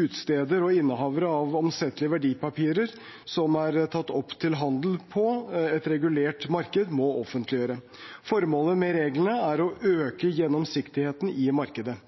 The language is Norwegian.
utsteder og innehaver av omsettelige verdipapirer som er tatt opp til handel på et regulert marked, må offentliggjøre. Formålet med reglene er å øke gjennomsiktigheten i markedet.